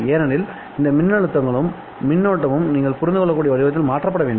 எனவே இந்த மின்னழுத்தங்களும் மின்னோட்டமும் நீங்கள் புரிந்து கொள்ளக்கூடிய வடிவத்தில் மாற்றப்பட வேண்டும்